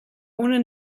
ohne